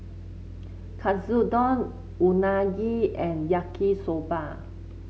Katsudon Unagi and Yaki Soba